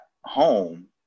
home